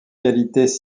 qualités